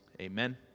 Amen